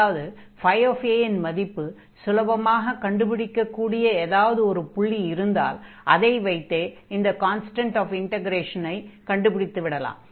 அதாவது a இன் மதிப்பு சுலபமாக கண்டுபிடிக்கக் கூடிய ஏதாவது ஒரு புள்ளி இருந்தால் அதை வைத்தே அந்த கான்ஸ்டன்ட் ஆஃப் இன்டக்ரேஷன் c ஐ கண்டுபிடிக்கலாம்